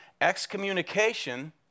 excommunication